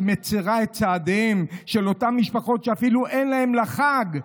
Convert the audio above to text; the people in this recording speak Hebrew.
שמצירה את צעדיהן של אותן משפחות שאפילו אין להן לחג,